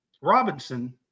Robinson